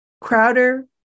Crowder